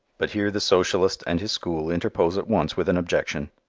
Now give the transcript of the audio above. but here the socialist and his school interpose at once with an objection.